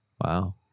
Wow